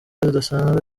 zidasanzwe